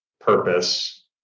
purpose